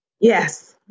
Yes